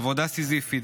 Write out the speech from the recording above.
עבודה סיזיפית,